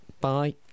Bye